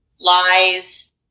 Lies